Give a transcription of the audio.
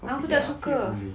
kau pergi dengan afiq boleh